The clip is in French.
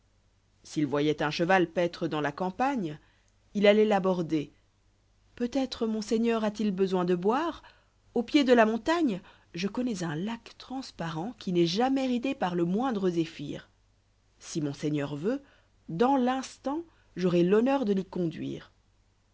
s'il voyoit un cheval paître dans la campagne y i d alloit l'aborder peut-être monseigneur a î il besoin de boire au pied de la montagne je connois un lac transparent qui n'est jamais ridé par le moindre zéphyre si monseigneur veut dans l'instant j'aurai l'honneur de l'y conduire